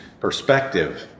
perspective